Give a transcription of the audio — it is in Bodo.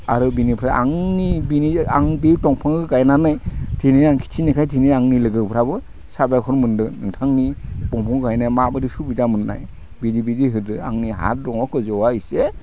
आरो बिनिफ्राय आंनि बिनि आं बे दंफां गायनानै दिनै आं खिथिनायखाय दिनै आंनि लोगोफोराबो साबायखर मोन्दों नोंथांनि दंफां गायनायाव माबादि सुबिदा मोननाय बिदि बिदि होदो आंनि हा दङ गोजौआव एसे